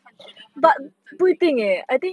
看觉得他是镇静